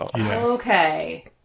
Okay